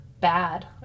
bad